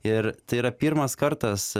ir tai yra pirmas kartas